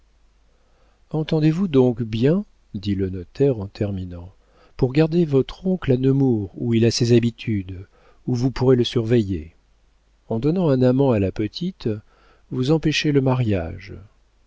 entendez-vous donc bien dit le notaire en terminant pour garder votre oncle à nemours où il a ses habitudes où vous pourrez le surveiller en donnant un amant à la petite vous empêchez le mariage